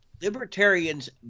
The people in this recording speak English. Libertarians